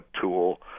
tool